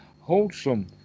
wholesome